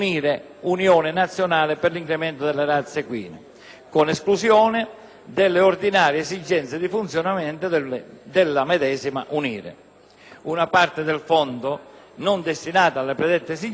con esclusione delle ordinarie esigenze di funzionamento della medesima UNIRE. La parte del fondo non destinata alle predette esigenze è riversata nei bilanci dello Stato.